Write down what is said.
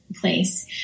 place